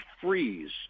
freeze